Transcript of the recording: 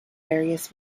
various